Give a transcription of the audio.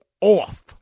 off